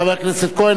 חבר הכנסת כהן,